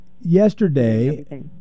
Yesterday